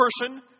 person